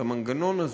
את המנגנון הזה,